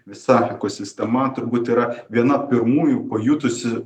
visa ekosistema turbūt yra viena pirmųjų pajutusi